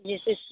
जैसे